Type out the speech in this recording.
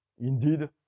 indeed